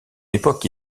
époque